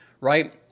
right